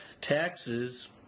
taxes